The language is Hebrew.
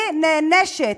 אני נענשת.